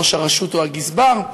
ראש הרשות או הגזבר,